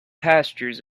pastures